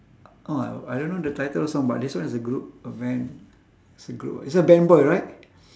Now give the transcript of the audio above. oh I I don't know the title of song but this one is a group of men it's a group ah it's a band boy right